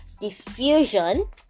diffusion